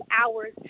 hours